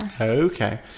Okay